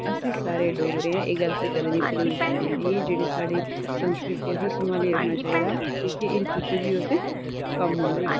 अस सारे डोगरे आं एह् गल्ल असेंगी कदें निं भुल्लनी चाहिदी कि एह् जेह्ड़ी साढ़ी संस्कृति ऐ उसी सम्हालियै रक्खना चाहिदा कि कदें इन फ्यूचर बी ओह् असेंगी कम्म औगी